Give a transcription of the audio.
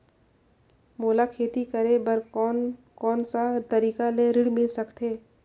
मोला खेती करे बर कोन कोन सा तरीका ले ऋण मिल सकथे?